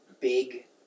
big